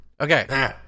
Okay